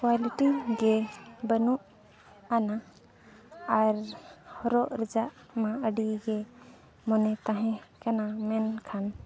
quality ᱜᱮ ᱵᱟᱹᱱᱩᱜ ᱟᱱᱟ ᱟᱨ ᱦᱚᱨᱚᱜ ᱨᱮᱭᱟᱜ ᱢᱟ ᱟᱹᱰᱤ ᱜᱮ ᱢᱟᱱᱮ ᱛᱟᱦᱮᱸᱠᱟᱱᱟ ᱢᱮᱱᱠᱷᱟᱱ